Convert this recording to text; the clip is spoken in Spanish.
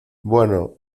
bueno